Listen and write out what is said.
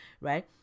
right